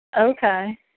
Okay